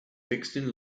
fixed